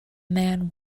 man